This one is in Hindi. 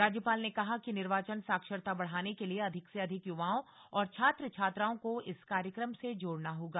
राज्यपाल ने कहा कि निर्वाचन साक्षरता बढ़ाने के लिए अधिक से अधिक युवाओं और छात्र छात्राओं को इस कार्यक्रम से जोड़ना होगा